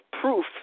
proof